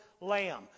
lamb